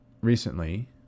recently